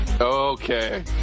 Okay